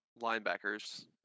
linebackers